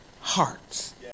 hearts